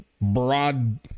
broad